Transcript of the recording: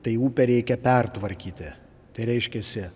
tai upę reikia pertvarkyti tai reiškiasi